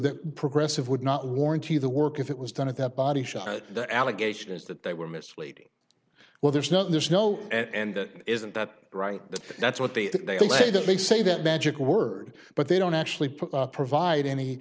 that progressive would not warranty the work if it was done at that body shop the allegation is that they were misleading well there's no there's no and that isn't that right but that's what the they say that they say that magic word but they don't actually put provide any